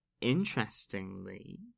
interestingly